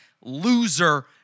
loser